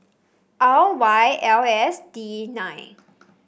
R Y L S D nine